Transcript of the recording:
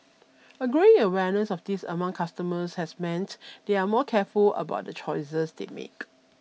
a growing awareness of this among customers has meant they are more careful about the choices they make